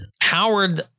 Howard